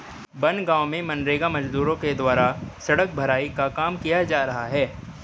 बनगाँव में मनरेगा मजदूरों के द्वारा सड़क भराई का काम किया जा रहा है